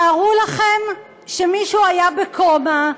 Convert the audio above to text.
תארו לכם שמישהו היה ב-coma,